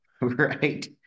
Right